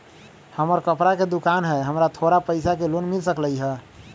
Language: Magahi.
हमर कपड़ा के दुकान है हमरा थोड़ा पैसा के लोन मिल सकलई ह?